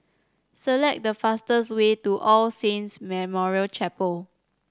select the fastest way to All Saints Memorial Chapel